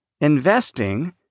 Investing